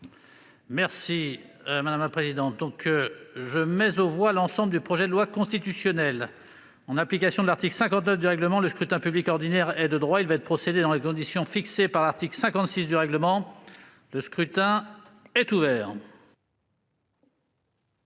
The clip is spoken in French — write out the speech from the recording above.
demande plus la parole ?... Je mets aux voix, modifié, l'ensemble du projet de loi constitutionnelle. En application de l'article 59 du règlement, le scrutin public ordinaire est de droit. Il va y être procédé dans les conditions fixées par l'article 56 du règlement. Le scrutin est ouvert.